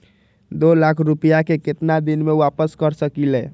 दो लाख रुपया के केतना दिन में वापस कर सकेली?